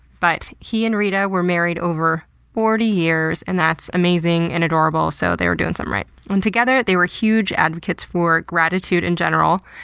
but he and rita were married over forty years, and that's amazing and adorable, so they were doing something right. and together they were huge advocates for gratitude in general,